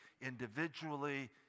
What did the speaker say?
Individually